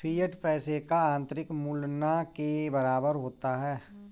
fiat पैसे का आंतरिक मूल्य न के बराबर होता है